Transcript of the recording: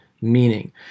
meaning